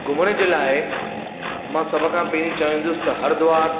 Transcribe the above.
घुमण जे लाइ मां सभ खां पहिरियों चाहींदुसि त हरिद्वार